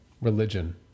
religion